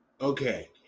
Okay